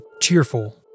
cheerful